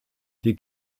die